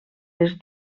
les